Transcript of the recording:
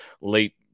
late